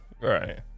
right